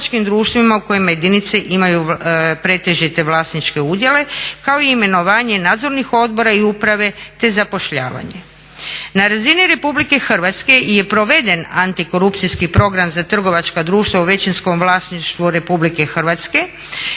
u kojima jedinice imaju pretežite vlasničke udjele kao i imenovanje nadzornih odbora i uprave te zapošljavanje. Na razini RH je proveden antikorupcijski program za trgovačka društva u većinskom vlasništvu RH za